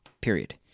Period